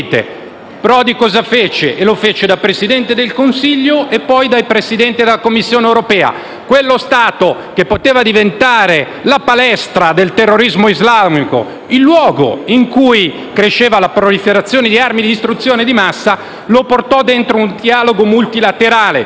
Prodi, prima da Presidente del Consiglio e poi da Presidente della Commissione europea, fu di portare quello Stato, che poteva diventare la palestra del terrorismo islamico, il luogo in cui cresceva la proliferazione di armi di distruzione di massa, dentro un dialogo multilaterale,